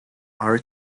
are